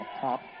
top